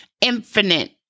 infinite